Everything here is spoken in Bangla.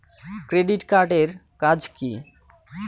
ক্রেডিট কার্ড এর কাজ কি?